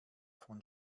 von